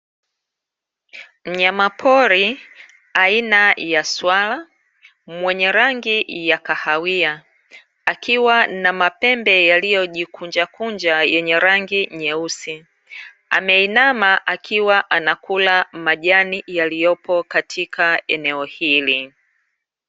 Mnyama pori aina ya swala, mwenye rangi ya kahawia, akiwa na mapembe yaliyojikunjakunja, yenye rangi nyeusi, ameinama akiwa anakula majani yaliyopo katika eneo hili.